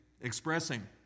expressing